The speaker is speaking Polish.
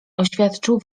oświadczył